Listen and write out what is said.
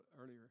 earlier